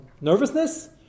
nervousness